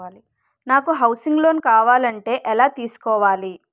నాకు housing loan కావాలంటే ఎలా తీసుకోవాలి?